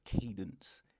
cadence